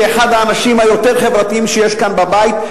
כאחד האנשים היותר חברתיים שיש כאן בבית,